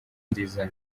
nziza